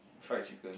fried chicken